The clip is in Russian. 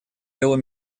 делу